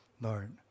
lord